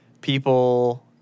people